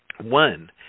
One